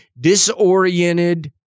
disoriented